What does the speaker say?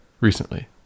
recently